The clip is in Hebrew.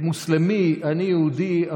מוסלמי ואני יהודי,